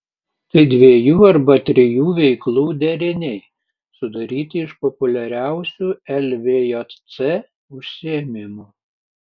tai dviejų arba trijų veiklų deriniai sudaryti iš populiariausių lvjc užsiėmimų